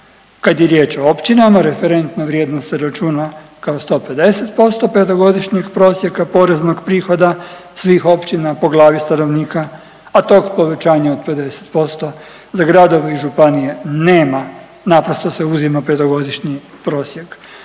Kad je riječ o općinama referentna vrijednost se računa kao 150% petogodišnjeg prosjeka poreznog prihoda svih općina po glavi stanovnika, a tog povećanja od 50% za gradove i županije nema. Naprosto se uzima petogodišnji prosjek.